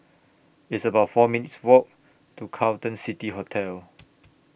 It's about four minutes' Walk to Carlton City Hotel